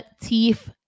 teeth